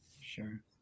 sure